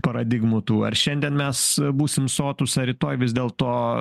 paradigmų tų ar šiandien mes e būsim sotūs ar rytoj vis dėlto